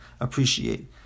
appreciate